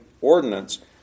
ordinance